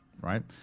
right